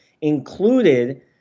included